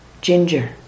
ginger